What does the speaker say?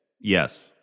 Yes